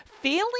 Feeling